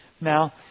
now